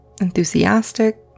enthusiastic